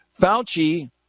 Fauci